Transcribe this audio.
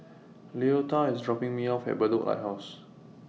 Leota IS dropping Me off At Bedok Lighthouse